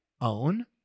own